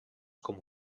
com